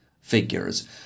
figures